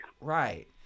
Right